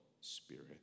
spirit